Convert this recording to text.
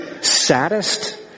saddest